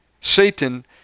Satan